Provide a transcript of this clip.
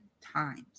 times